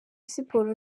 siporo